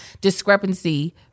discrepancy